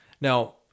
Now